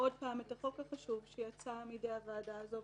מצד שני אני מזכירה עוד פעם את החוק החשוב שיצא מידי הוועדה הזאת,